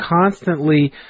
constantly